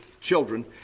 children